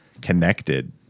connected